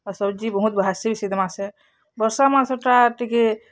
ଆଉ ସବ୍ଜି ବହୁତ୍ ବାହାର୍ ସି ଶୀତ୍ ମାସ୍ ରେ ବର୍ଷା ମାସ୍ ଟା ଟିକେ